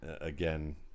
again